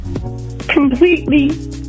completely